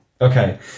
Okay